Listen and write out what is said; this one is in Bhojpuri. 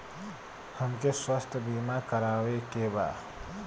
हमके स्वास्थ्य बीमा करावे के बा?